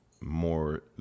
more